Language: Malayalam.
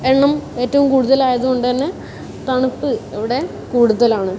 എണ്ണം ഏറ്റവും കൂടുതലായത് കൊണ്ട് തന്നെ തണുപ്പ് ഇവിടെ കൂടുതലാണ്